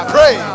Pray